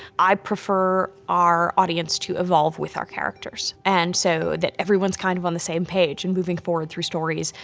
i prefer our audience to evolve with our characters, and so that everyone's kind of on the same page in moving forward through stories,